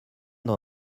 dans